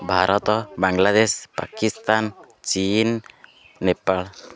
Bharat Bangladesh Pakistan China Nepal